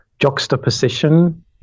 juxtaposition